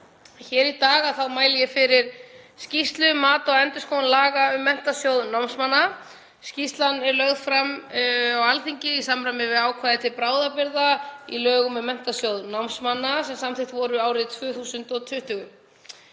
Hér í dag mæli ég fyrir skýrslu um mat á endurskoðun laga um Menntasjóð námsmanna. Skýrslan er lögð fram á Alþingi í samræmi við ákvæði til bráðabirgða í lögum um Menntasjóð námsmanna sem samþykkt voru árið 2020.